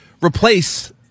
replace